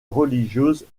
religieuses